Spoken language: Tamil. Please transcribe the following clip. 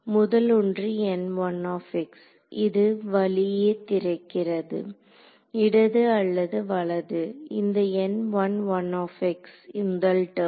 முதல் ஒன்று இது வழியே திறக்கிறது இடது அல்லது வலது இந்த முதல் டெர்ம்